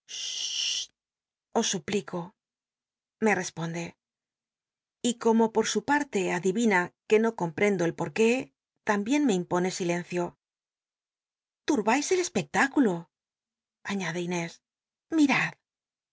os suplico me responde y como por su parle adivina r ue no conrprcmlo el por qué la mbien me impone silencio furbais el cspectücul o aiíadc inés